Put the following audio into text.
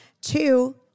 Two